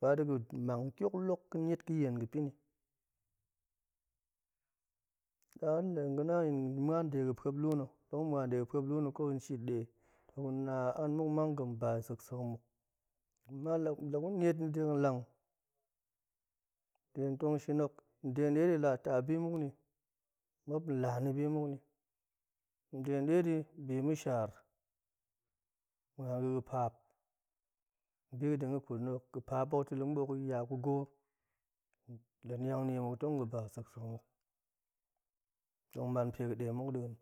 badega̱ mang tioklok ga̱ niet ga̱yeni daɗe gana tong muan dega̱ pa̱pluna̱ tong muan de ga̱ pa̱pluna̱ ko shit dei to ga̱na an muk mang ga̱ba seksek muk ama lagu niat ni dega̱ lang de tong shino de dedi la ta bimuk ni ma̱p la ni bi muk ni de dedi bi ma̱ shar muan ga̱ga̱ paap ga̱bi ga̱din ga̱ kutni ga̱ paap hok la muɓoot to ya mu go la niang niemuk tong ga̱ ba seksek muk tong man pega̱ de muk ndin,